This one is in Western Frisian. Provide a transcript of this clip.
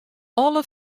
alle